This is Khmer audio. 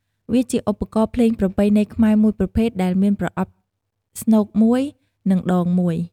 វាជាឧបករណ៍ភ្លេងប្រពៃណីខ្មែរមួយប្រភេទ ដែលមានប្រអប់ស្នូកមួយ និងដងមួយ ។